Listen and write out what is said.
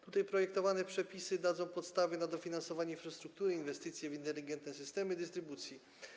Tutaj projektowane przepisy dadzą podstawy dofinansowania infrastruktury i inwestycji w inteligentne systemy dystrybucji.